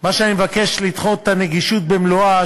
מה שאני מבקש: לדחות את נתינת הנגישות במלואה,